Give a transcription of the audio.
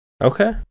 Okay